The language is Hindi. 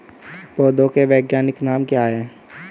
पौधों के वैज्ञानिक नाम क्या हैं?